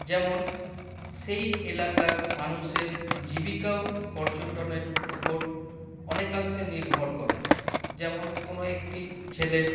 যেমন সেই এলাকার মানুষের জীবিকাও পর্যটনের উপর অনেকাংশে নির্ভর করে যেমন কোনো একটি ছেলে